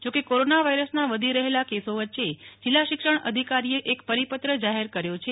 જોકે કોરોનાવાયરસના વધી રહેલા કેસો વચ્ચે જિલ્લા શિક્ષણ ધિકારીએ એક પરિપત્ર જાહેર કર્યો છે